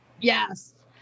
Yes